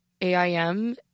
AIM